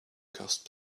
cost